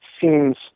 seems